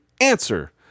answer